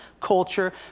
culture